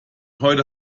heute